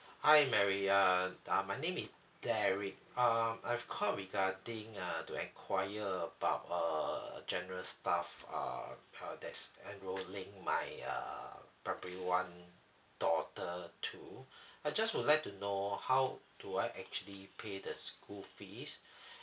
hi mary uh uh my name is derrick um I've called regarding uh to enquire about uh general stuff uh uh that's enroling my uh primary one daughter to I just would like to know how do I actually pay the school fees